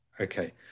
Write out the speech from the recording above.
okay